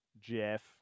Jeff